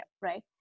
right